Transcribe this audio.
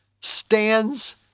stands